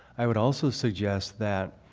i would also suggest that